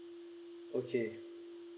okay